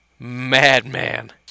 Madman